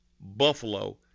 Buffalo –